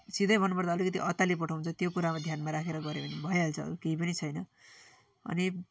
सिधै भन्नुपर्दा अलिकति अत्तालिपठाउँछ त्यो कुरामा ध्यानमा राखेर गर्यो भने भइहाल्छ अरू केही पनि छैन अनि